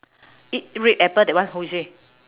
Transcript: eat red apple that one who is it